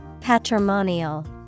Patrimonial